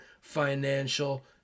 financial